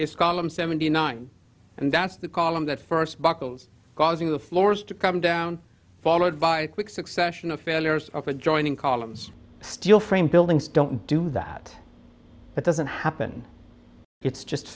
is column seventy nine and that's the columns that first buckles causing the floors to come down followed by a quick succession of failures of adjoining columns steel framed buildings don't do that it doesn't happen it's just